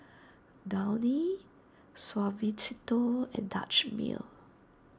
Downy Suavecito and Dutch Mill